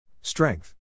Strength